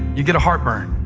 you'll get a heartburn.